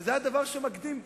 וזה הדבר שתקדים פה,